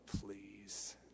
please